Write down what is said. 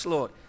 Lord